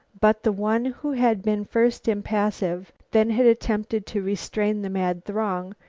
but the one who had been first impassive, then had attempted to restrain the mad throng,